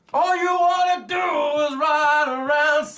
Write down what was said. all you want to do is ride around